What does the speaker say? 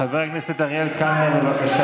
חבר הכנסת אריאל קלנר, אינו נוכח.